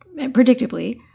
predictably